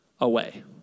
away